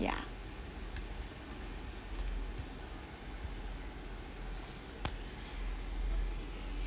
ya